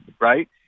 right